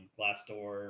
Glassdoor